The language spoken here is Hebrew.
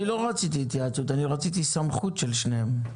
אני לא רציתי התייעצות, אני רציתי סמכות של שניהם,